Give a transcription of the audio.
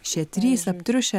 šie trys aptriušę